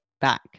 back